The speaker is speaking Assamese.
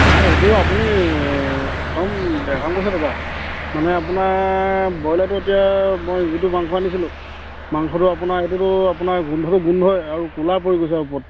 নাই এইটো আপুনি একদম বেয়া কাম কৰিছে দাদা মানে আপোনাৰ ব্ৰইলাৰটো এতিয়া মই যিটো মাংস আনিছিলোঁ মাংসটো আপোনাৰ এইটোতো আপোনাৰ গোন্ধটো গোন্ধই আৰু কোলা পৰি গৈছে ওপৰত